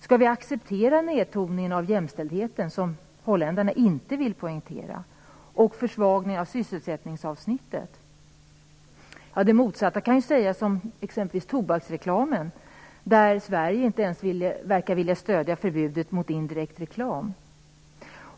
Skall vi acceptera nedtoningen av jämställdheten, som holländarna inte vill poängtera, och försvagningen av sysselsättningsavsnittet? Det motsatta kan sägas om exempelvis tobaksreklamen, där Sverige inte ens verkar vilja stödja förbudet mot indirekt reklam.